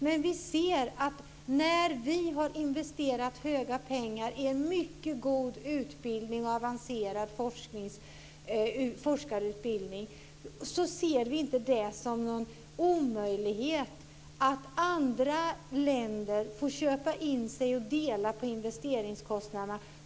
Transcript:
Men när vi har investerat stora pengar i en mycket god utbildning och en avancerad forskarutbildning ser vi det inte som en omöjlighet att andra länder får köpa in sig och dela på investeringskostnaderna.